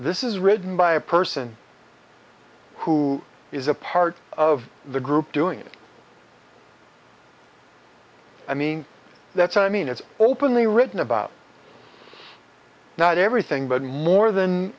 this is written by a person who is a part of the group doing it i mean that's i mean it's openly written about not everything but more than